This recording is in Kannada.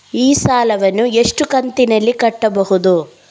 ಈ ಸಾಲವನ್ನು ಎಷ್ಟು ಕಂತಿನಲ್ಲಿ ಕಟ್ಟಬಹುದು?